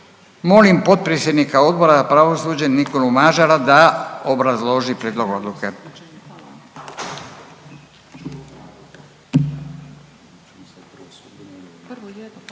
Molim potpredsjednika Odbora za pravosuđe Nikolu Mažara da obrazloži prijedlog odluke.